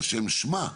על שם שמה,